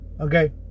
okay